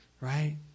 right